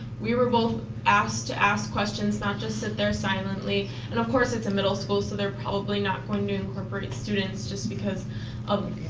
we were both asked to ask questions, not just sit there silently. and of course it's a middle school, so they're probably not going to incorporate students just because of,